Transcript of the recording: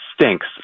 stinks